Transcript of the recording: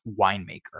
winemaker